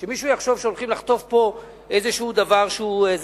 שמישהו יחשוב שהולכים לחטוף פה איזה דבר שהוא,